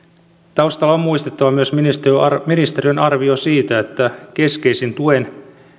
taustalla on muistettava myös ministeriön arvio siitä että keskeisin tuen